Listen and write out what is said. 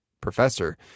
professor